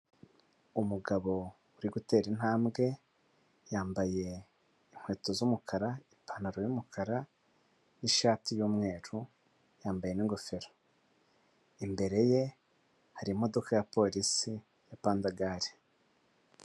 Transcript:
Umugabo uri gutera intambwe yambaye inkweto z'umukara ipantaro y'umukara n'ishati y'umweru yambaye n'ingofero, imbere ye hari imodoka ya polisi ya pandagali.